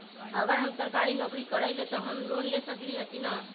अगर हम सरकारी नौकरी करईले त हम लोन ले सकेली की न?